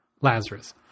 Lazarus